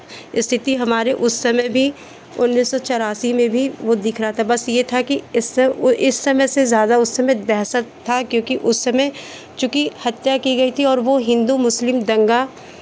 स्थिति हमारे उस समय भी उन्नीस सौ चौरासी में भी वो दिख रहा था बस ये था कि इस स वो इस समय से ज़्यादा उस समय दहशत था क्योंकि उस समय चूंकि हत्या की गई थी और वो हिन्दू मुस्लिम दंगा